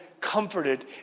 comforted